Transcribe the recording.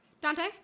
Dante